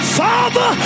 father